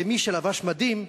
כמי שלבש מדים,